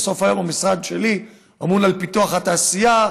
בסוף היום המשרד שלי אמון על פיתוח התעשייה,